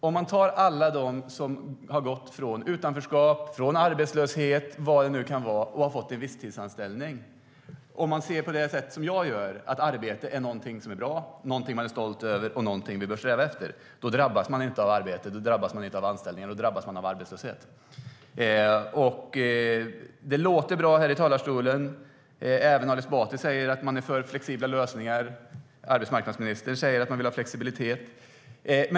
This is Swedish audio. Om man tar alla dem som har gått från utanförskap, arbetslöshet eller vad det nu kan vara och har fått en visstidsanställning och ser på det sätt som jag gör att arbete är någonting som är bra, någonting som man är stolt över och någonting vi bör sträva efter drabbas de inte av arbete och anställningar, utan de drabbas av arbetslöshet. Det låter bra här i talarstolen. Även Ali Esbati säger att man är för flexibla lösningar. Arbetsmarknadsministern säger att man vill ha flexibilitet.